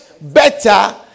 better